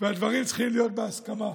הדברים צריכים להיות בהסכמה.